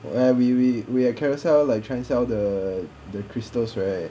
and we we we at carousell like trying sell the the crystals right